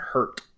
Hurt